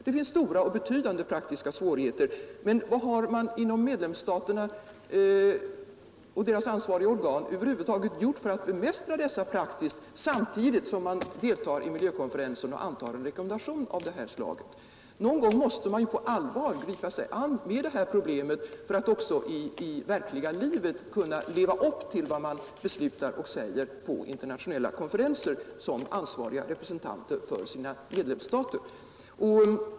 Det finns betydande praktiska svårigheter, men vad har man inom medlemsstaterna och de ansvariga organen över huvud taget gjort för att bemästra dessa svårigheter, samtidigt som man deltar i miljökonferensen och antar en rekommendation som syftar till totalförbud? Någon gång måste man på allvar gripa sig an med problemen för att också i verkliga livet kunna leva upp till vad man beslutar på internationella konferenser som ansvariga representanter för FN:s medlemsstater.